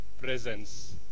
presence